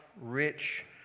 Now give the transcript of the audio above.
rich